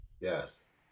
Yes